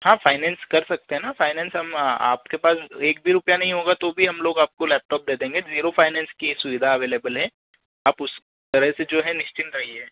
हाँ फ़ाइनैंस कर सकते हैं ना फ़ाइनैंस हम आपके पास एक भी रुपया नहीं होगा तो भी हम लोग आपको लैपटॉप दे देंगे ज़ीरो फ़ाइनैंस की सुविधा अवेलेबल है आप उस तरह से जो है निश्चिंत रहिए